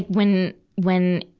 when, when,